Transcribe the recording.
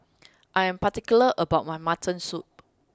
I am particular about my mutton soup